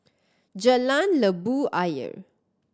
Jalan Labu Ayer